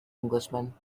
englishman